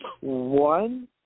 One